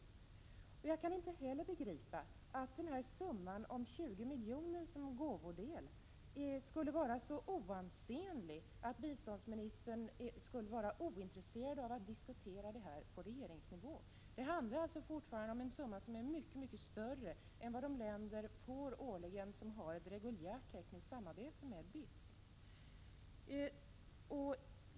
Jag kan inte heller begripa att 20 miljoner som gåvodel skulle vara en så oansenlig summa att biståndsministern skulle vara ointresserad av att diskutera denna fråga på regeringsnivå. Det handlar alltså om en summa som är mycket större än de belopp som årligen ges till de länder som har ett reguljärt tekniskt sammarbete med BITS.